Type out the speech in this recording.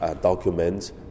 documents